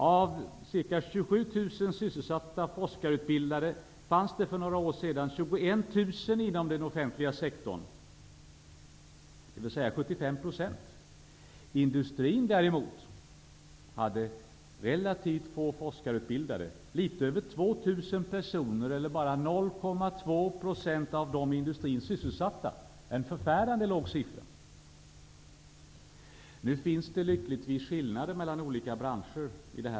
Av ca 27 000 sysselsatta forskarutbildade fanns för några år sedan 21 000 inom den offentliga sektorn, dvs. 75 %. Industrin däremot hade relativt få forskarutbildade, litet över 2 000 personer, eller bara 0,2 % av de i industrin sysselsatta. Det är en förfärande låg siffra! Nu finns det lyckligtvis skillnader mellan olika branscher.